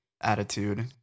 attitude